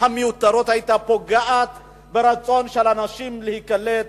והמיותרות פוגעת ברצון של אנשים להיקלט